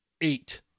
Eight